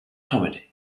comedy